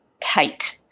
tight